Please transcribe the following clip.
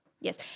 Yes